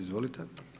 Izvolite.